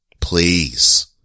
Please